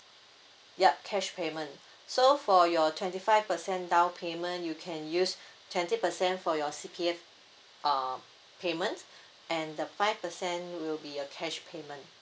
yup cash payment so for your twenty five percent down payment you can use twenty percent for your C_P_F uh payment and the five percent will be a cash payment